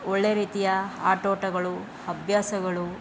ಒಳ್ಳೆಯ ರೀತಿಯ ಆಟೋಟಗಳು ಅಭ್ಯಾಸಗಳು